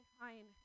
fine